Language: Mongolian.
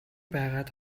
байгаад